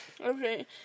Okay